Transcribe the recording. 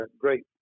great